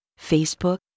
Facebook